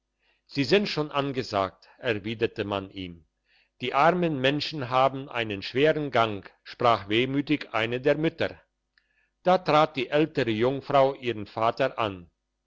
sie sind schon angesagt erwiderte man ihm die armen menschen haben einen schweren gang sprach wehmütig eine der mütter da trat die ältere jungfrau ihren vater an